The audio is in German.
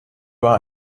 war